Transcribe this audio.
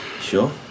Sure